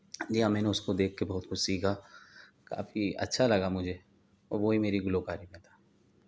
جی ہاں میں نے اس کو دیکھ کے بہت کچھ سیکھا کافی اچھا لگا مجھے وہی میری گلوکاری کا تھا